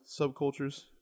subcultures-